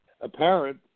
apparent